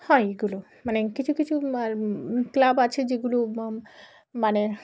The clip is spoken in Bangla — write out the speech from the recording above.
হয় এগুলো মানে কিছু কিছু আর ক্লাব আছে যেগুলো মানে